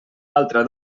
altra